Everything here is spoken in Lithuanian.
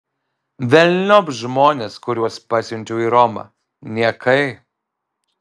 velniop žmones kuriuos pasiunčiau į romą niekai